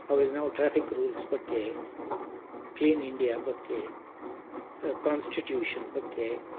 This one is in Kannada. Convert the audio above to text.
ಅವ್ರಿಗೆ ನಾವು ಟ್ರಾಫಿಕ್ ರೂಲ್ಸ್ ಬಗ್ಗೆ ಕ್ಲೀನ್ ಇಂಡಿಯ ಬಗ್ಗೆ ಕಾಂಸ್ಟಿಟ್ಯೂಷನ್ ಬಗ್ಗೆ